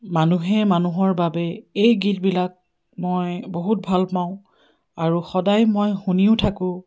মানুহে মানুহৰ বাবে এই গীতবিলাক মই বহুত ভাল পাওঁ আৰু সদায় মই শুনিও থাকোঁ